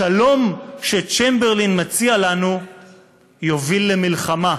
השלום שצ'מברליין מציע לנו יוביל למלחמה,